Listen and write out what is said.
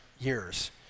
years